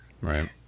right